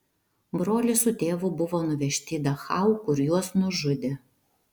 brolis su tėvu buvo nuvežti į dachau kur juos nužudė